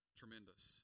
tremendous